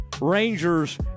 Rangers